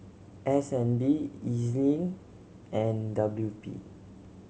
S N B E Z Link and W P